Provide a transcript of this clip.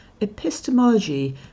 Epistemology